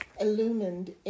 illumined